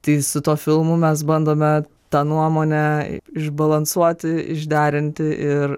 tai su tuo filmu mes bandome tą nuomonę išbalansuoti išderinti ir